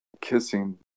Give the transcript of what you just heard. kissing